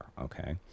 Okay